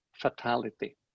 fatality